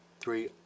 three